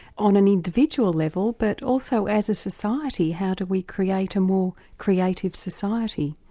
on an individual level but also as a society, how do we create a more creative society?